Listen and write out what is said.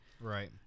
Right